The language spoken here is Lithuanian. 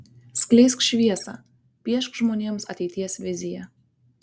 skleisk šviesą piešk žmonėms ateities viziją